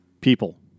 People